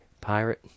pirate